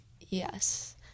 Yes